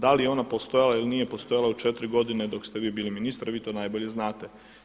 Da li je ona postojala ili nije postojala u 4 godine dok ste vi bili ministar, vi to najbolje znate.